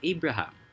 Abraham